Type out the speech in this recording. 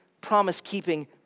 promise-keeping